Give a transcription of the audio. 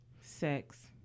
Sex